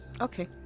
Okay